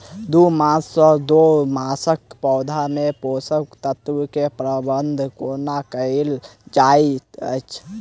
दू मास सँ छै मासक पौधा मे पोसक तत्त्व केँ प्रबंधन कोना कएल जाइत अछि?